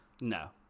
no